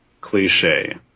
cliche